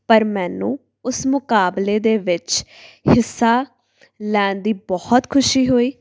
ਪਰ ਮੈਨੂੰ ਉਸ ਮੁਕਾਬਲੇ ਦੇ ਵਿੱਚ ਹਿੱਸਾ ਲੈਣ ਦੀ ਬਹੁਤ ਖੁਸ਼ੀ ਹੋਈ